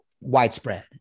widespread